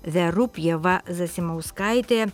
verupjeva zasimauskaitė